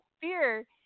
fear